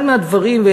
אחד מהדברים,